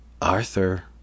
arthur